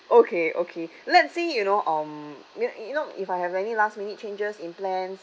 okay okay let's say you know um you know you know if I have any last minute changes in plans